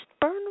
burn